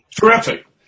Terrific